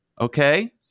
okay